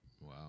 Wow